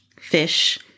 fish